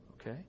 Okay